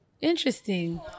Interesting